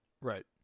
Right